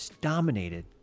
dominated